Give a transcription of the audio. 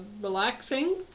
relaxing